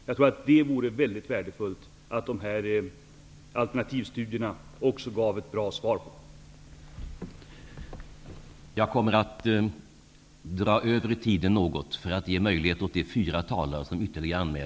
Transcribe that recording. Jag tror att det vore mycket värdefullt om de här alternativstudierna också gav ett bra svar på den frågan.